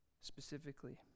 specifically